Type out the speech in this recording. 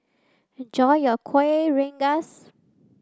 enjoy your kueh rengas